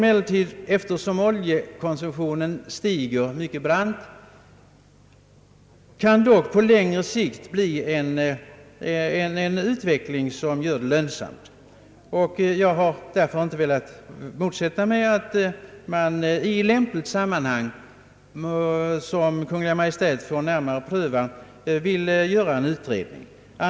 Eftersom <oljekonsumtionen =<stiger mycket brant kan emellertid på längre sikt utvecklingen göra rörledningar lönsamma, Jag har därför inte velat motsätta mig att man i ett sammanhang som Kungl. Maj:t finner lämpligt gör en utredning.